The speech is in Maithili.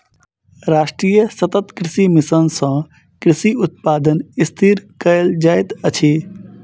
राष्ट्रीय सतत कृषि मिशन सँ कृषि उत्पादन स्थिर कयल जाइत अछि